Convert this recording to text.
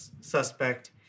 suspect